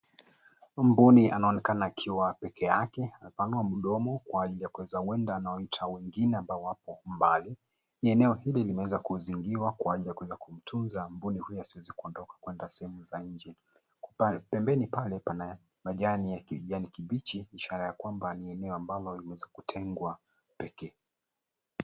Mbuni anaonekana akiwa peke yake, amepanua mdomo kwa ajili ya kuweza kuwinda na kuwaita wengine ambao wako mbali. Ni eneo hili limeweza kuzingirwa kwa ajili ya kuweza kumtunza mbuni huyo asiweze kuondoka kwenda sehemu za nje. Pembeni pale pana majani ya kijani kibichi ishara ya kwamba ni eneo ambalo limeweza kutengwa pekee.